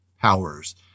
powers